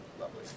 lovely